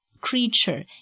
creature